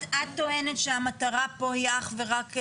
את טוענת שהמטרה פה היא אך ורק,